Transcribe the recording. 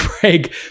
break